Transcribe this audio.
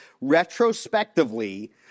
retrospectively